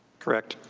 correct?